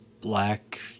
Black